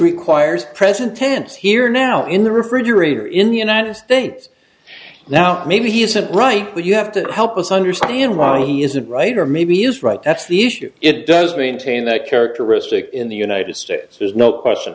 requires present tense here now in the refrigerator in the united states now maybe he isn't right but you have to help us understand why he isn't right or maybe he is right that's the issue it does mean tain that characteristic in the united states there's no question